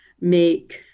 make